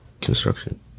construction